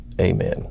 Amen